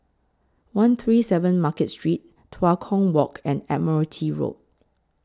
one three seven Market Street Tua Kong Walk and Admiralty Road